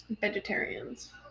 Vegetarians